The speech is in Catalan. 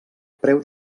preu